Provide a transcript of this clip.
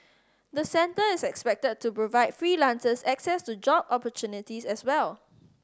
the centre is expected to provide freelancers access to job opportunities as well